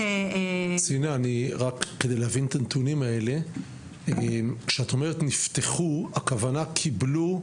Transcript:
--- כדי להבין את הנתונים כשאת אומרת נפתחו הכוונה היא שקיבלו